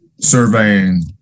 surveying